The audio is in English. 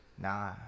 Nah